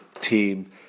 team